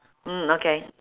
mm okay